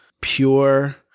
pure